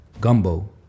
gumbo